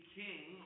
king